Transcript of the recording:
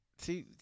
See